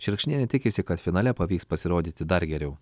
šerkšnienė tikisi kad finale pavyks pasirodyti dar geriau